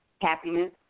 Happiness